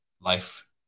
life